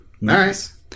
Nice